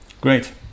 great